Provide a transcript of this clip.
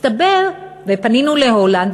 פנינו להולנד,